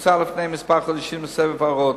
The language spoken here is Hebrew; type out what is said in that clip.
הופצה לפני כמה חודשים לסבב הערות.